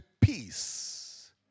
peace